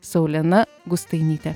saulena gustainytė